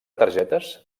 targetes